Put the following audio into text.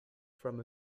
from